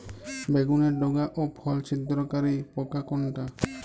বেগুনের ডগা ও ফল ছিদ্রকারী পোকা কোনটা?